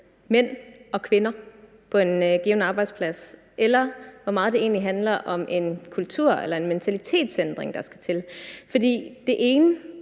mænd og kvinder på en given arbejdsplads, eller hvor meget det egentlig handler om en kultur- eller mentalitetsændring, der skal til. For det ene